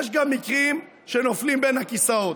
יש גם מקרים שנופלים בין הכיסאות.